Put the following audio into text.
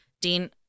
Dean